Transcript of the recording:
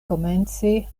komence